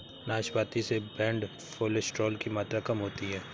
नाशपाती से bad cholesterol की मात्रा कम होती है